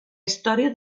història